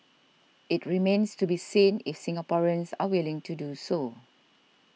it remains to be seen if Singaporeans are willing to do so